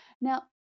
now